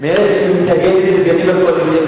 מתנגדת לסגנים בקואליציה,